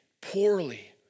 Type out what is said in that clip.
poorly